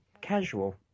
casual